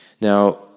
Now